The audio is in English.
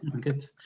Good